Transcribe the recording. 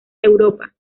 europa